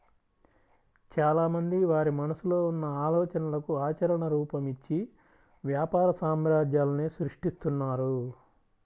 చాలామంది వారి మనసులో ఉన్న ఆలోచనలకు ఆచరణ రూపం, ఇచ్చి వ్యాపార సామ్రాజ్యాలనే సృష్టిస్తున్నారు